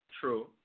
true